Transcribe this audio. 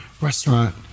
restaurant